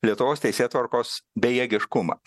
lietuvos teisėtvarkos bejėgiškumą